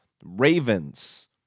Ravens